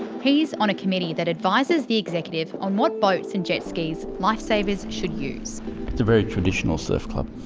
he's on a committee that advises the executive on what boats and jetskis lifesavers should use. it's a very traditional surf club,